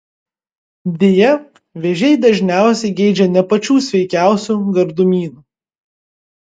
deja vėžiai dažniausiai geidžia ne pačių sveikiausių gardumynų